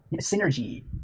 synergy